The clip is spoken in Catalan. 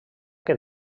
que